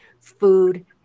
food